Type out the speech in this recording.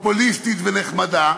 פופוליסטית ונחמדה,